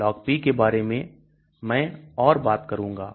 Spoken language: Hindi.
LogP के बारे में मैं और बात करूंगा